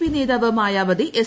P നേതാവ് Mayawati S